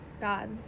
god